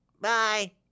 Bye